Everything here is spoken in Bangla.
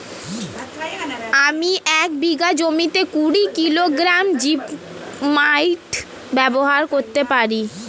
আমি এক বিঘা জমিতে কুড়ি কিলোগ্রাম জিপমাইট ব্যবহার করতে পারি?